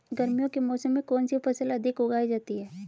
गर्मियों के मौसम में कौन सी फसल अधिक उगाई जाती है?